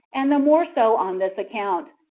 and the more so on this account,